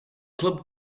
club